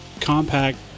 compact